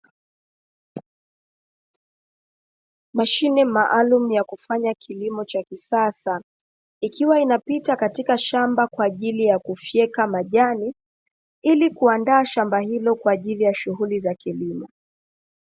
Mashine maalumu ya kufanya kilimo cha kisasa ikiwa inapita katika shamba kwaajili ya kufyeka majani, ili kuandaa shamba hilo kwaajili ya shughuli za kilimo.